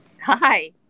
hi